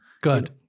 Good